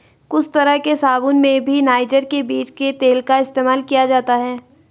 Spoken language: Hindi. कुछ तरह के साबून में भी नाइजर के बीज के तेल का इस्तेमाल किया जाता है